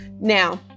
Now